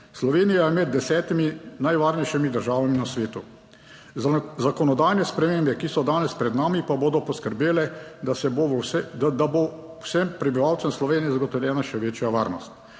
Slovenija je med desetimi najvarnejšimi državami na svetu, zakonodajne spremembe, ki so danes pred nami pa bodo poskrbele, da se bo, da bo vsem prebivalcem Slovenije zagotovljena še večja varnost.